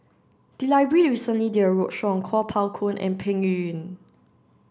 the library recently did a roadshow on Kuo Pao Kun and Peng Yuyun